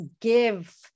give